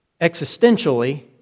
existentially